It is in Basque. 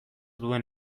duen